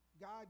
God